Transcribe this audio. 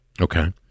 okay